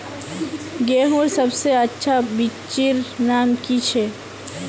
गेहूँर सबसे अच्छा बिच्चीर नाम की छे?